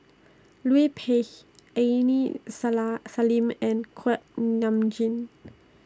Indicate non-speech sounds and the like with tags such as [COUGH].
Liu Peihe Aini Sala Salim and Kuak [UNINTELLIGIBLE] Nam Jin